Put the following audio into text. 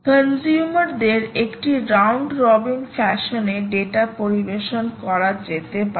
consumer দের একটি round robin fashion এ ডেটা পরিবেশন করা যেতে পারে